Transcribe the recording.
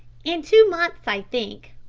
in two months, i think.